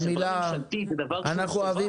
אנחנו אוהבים